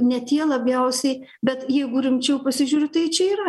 ir ne tie labiausiai bet jeigu rimčiau pasižiūriu tai čia yra